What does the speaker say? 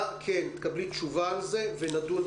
--- תקבלי תשובה על זה ונדון בזה.